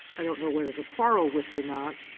i don't know whether to quarrel with or not.